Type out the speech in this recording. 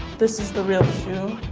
this is the real shoe.